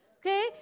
Okay